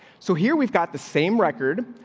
so here we've got the same record.